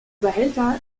behälter